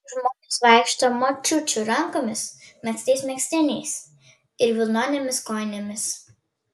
žmonės vaikšto močiučių rankomis megztais megztiniais ir vilnonėmis kojinėmis